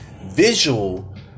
visual